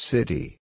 City